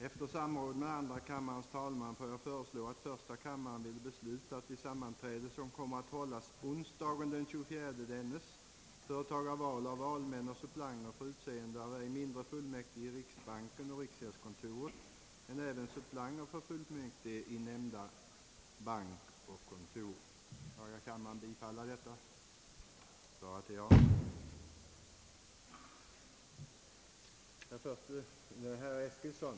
Efter 'samråd med första kammarens talman får jag föreslå, att kammaren måtte "besluta att vid sammanträde onsdagen den 24 innevarande januari företaga val åv valmän och suppleanter för utseende ' av fullmäktige i riksbanken och riksgäldskontoret jämte suppleanter för dessa fullmäktige. Ordet lämnades härefter på begäran till |